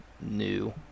new